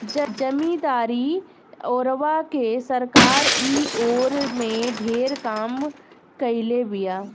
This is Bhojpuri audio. जमीदारी ओरवा के सरकार इ ओर में ढेरे काम कईले बिया